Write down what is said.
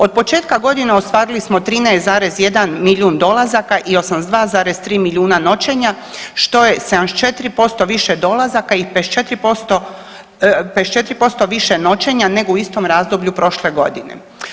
Od početka godine ostvarili smo 13,1 milijun dolazaka i 82,3 milijuna noćenja, što je 74% više dolazaka i 54% i 54% više noćenja nego u istom razdoblju prošle godine.